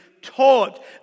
taught